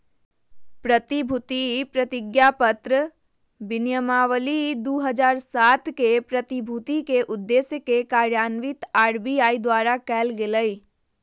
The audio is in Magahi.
प्रतिभूति प्रतिज्ञापत्र विनियमावली दू हज़ार सात के, प्रतिभूति के उद्देश्य के कार्यान्वित आर.बी.आई द्वारा कायल गेलय